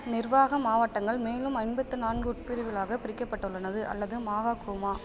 நிர்வாக மாவட்டங்கள் மேலும் ஐம்பத்து நான்கு உட்பிரிவுகளாகப் பிரிக்கப்பட்டுள்ளனது அல்லது மாகாக்குமா